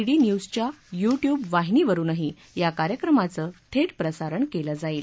D न्यूजच्या YouTube वाहिनीवरुनही या कार्यक्रमाचं थेट प्रसारण केलं जाईल